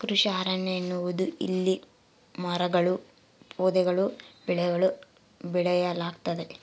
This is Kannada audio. ಕೃಷಿ ಅರಣ್ಯ ಎನ್ನುವುದು ಇಲ್ಲಿ ಮರಗಳೂ ಪೊದೆಗಳೂ ಬೆಳೆಗಳೂ ಬೆಳೆಯಲಾಗ್ತತೆ